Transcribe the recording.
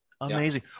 amazing